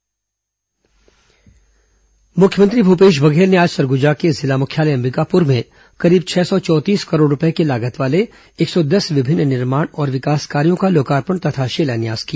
मुख्यमंत्री सरग्जा मुख्यमंत्री भूपेश बघेल ने आज सरगुजा के जिला मुख्यालय अंबिकापुर में करीब छह सौ चौंतीस करोड़ रूपए की लागत वाले एक सौ दस विभिन्न निर्माण और विकास कार्यो का लोकार्पण तथा शिलान्यास किया